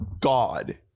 God